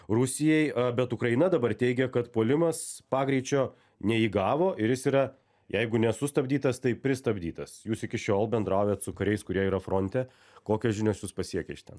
rusijai bet ukraina dabar teigia kad puolimas pagreičio neįgavo ir jis yra jeigu nesustabdytas tai pristabdytas jūs iki šiol bendraujat su kariais kurie yra fronte kokios žinios jus pasiekia iš ten